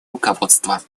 руководства